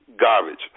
garbage